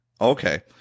Okay